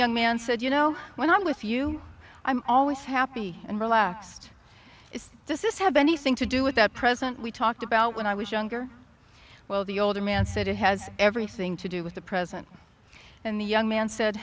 young man said you know when i'm with you i'm always happy and relaxed this is have anything to do with the present we talked about when i was younger well the older man said it has everything to do with the present and the young man said